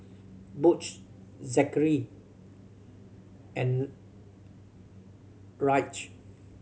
Butch Zackary and Ryleigh